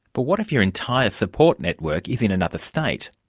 but what if your entire support network is in another state?